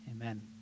Amen